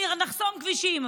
שנחסום כבישים,